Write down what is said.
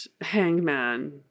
Hangman